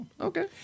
Okay